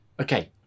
Okay